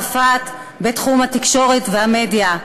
עם צרפת בתחום התקשורת והמדיה,